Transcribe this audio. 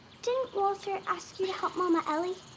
didn't walter ask you to help mama ellie?